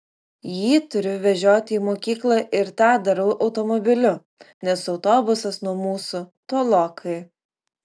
jį turiu vežioti į mokyklą ir tą darau automobiliu nes autobusas nuo mūsų tolokai